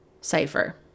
cipher